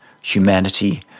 humanity